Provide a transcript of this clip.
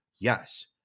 Yes